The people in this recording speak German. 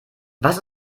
was